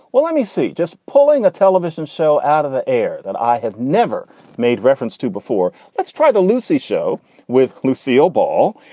well, let me see. just pulling a television show out of the air that i have never made reference to before. let's try the lucy show with lucille ball.